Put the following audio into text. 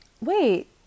wait